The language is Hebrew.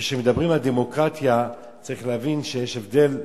כשמדברים על דמוקרטיה צריך להבין שיש הבדל דק,